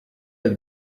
have